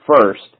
first